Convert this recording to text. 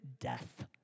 death